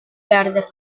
perdere